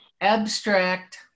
abstract